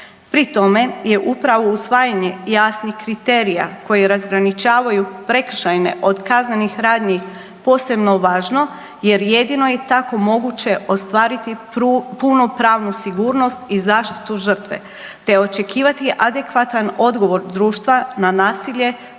Pri tome je upravo usvajanje jasnih kriterija koji razgraničavaju prekršajne od kaznenih radnji posebno važno, jer jedino je tako moguće ostvariti punu pravnu sigurnost i zaštitu žrtve, te očekivati adekvatan odgovor društva na nasilje